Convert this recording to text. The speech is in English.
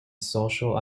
social